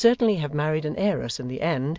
and would certainly have married an heiress in the end,